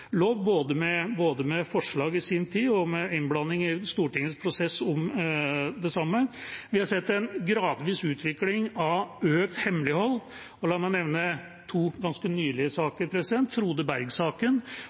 både med forslag i sin tid og innblanding i Stortingets prosess om det samme. Vi har sett en gradvis utvikling i retning av økt hemmelighold, og la meg nevne to ganske nylige